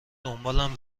دنبالم